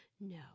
No